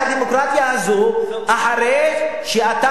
מה יישאר מהדמוקרטיה הזו אחרי שאתה